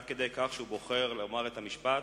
עד כדי כך שהוא בוחר לומר את המשפט: